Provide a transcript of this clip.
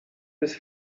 his